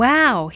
Wow